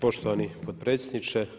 Poštovani potpredsjedniče.